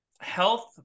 health